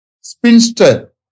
spinster